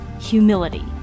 humility